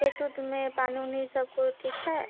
खेत उत में पानी उनी सबको ठीक है